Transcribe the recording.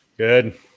Good